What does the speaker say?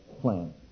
plan